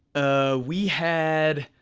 ah we had,